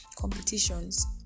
competitions